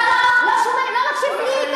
אתה לא מקשיב לי,